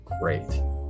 great